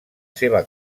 seva